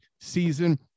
season